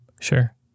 Sure